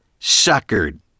Suckered